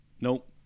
Nope